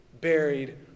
buried